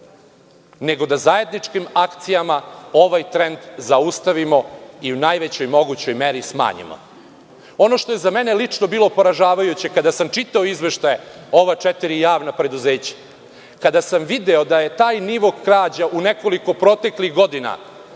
nego da zajedničkim akcijama ovaj trend zaustavimo i u najvećoj mogućoj meri smanjimo. Ono što je za mene lično bilo poražavajuće kada sam čitao izveštaje ova četiri javna preduzeća, kada sam video da je taj nivo krađa u nekoliko proteklih godina